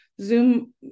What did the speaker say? Zoom